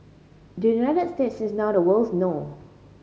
the United States is now the world's no